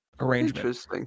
Arrangement